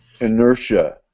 inertia